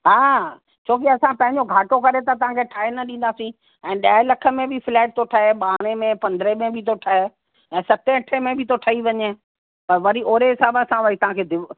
हा छोकि असां पंहिंजो घाटो करे त तव्हांखे ठाहे न ॾींदासीं ऐं ॾह लख में बि फ्लैट थो ठहे ॿारहें में पंद्रहें में बि थो ठहे ऐं सते में बि थो ठही वञे त वरी ओहिड़े हिसाब सां वरी तव्हांखे